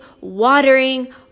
watering